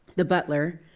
the butler,